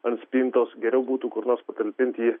ant spintos geriau būtų kur nors patalpint jį